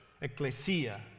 ecclesia